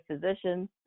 physicians